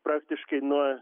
praktiškai nuo